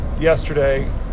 yesterday